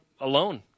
alone